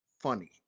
funny